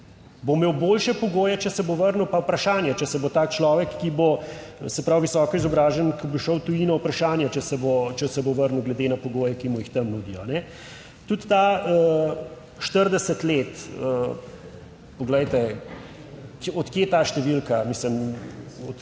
bo imel boljše pogoje, če se bo vrnil, pa vprašanje, če se bo tak človek, ki bo, se pravi visoko izobražen, ki bo šel v tujino, vprašanje, če se bo, če se bo vrnil glede na pogoje, ki mu jih tam nudijo. Tudi ta 40 let. Poglejte, od kje ta številka. Mislim,